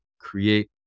create